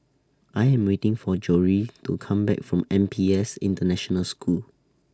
I Am waiting For Jory to Come Back from N P S International School